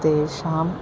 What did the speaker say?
तेषाम्